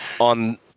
on